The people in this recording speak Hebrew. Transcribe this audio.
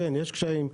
ובכן, יש קשיים.